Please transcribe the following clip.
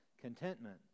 contentment